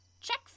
check